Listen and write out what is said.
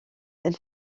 elle